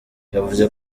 yavuze